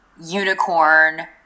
unicorn